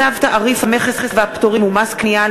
צו תעריף המכס והפטורים ומס קנייה על